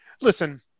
Listen